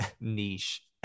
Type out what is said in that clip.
Niche